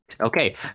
Okay